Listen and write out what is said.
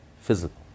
physical